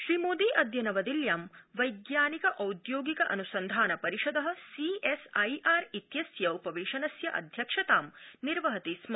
श्रीमोदी अद्य नवदिल्यां वर्मानिकौद्योगिक अन्संधान परिषद सी एस आई आर इत्यस्य उपवध्मिस्य अध्यक्षतां निर्वहति स्म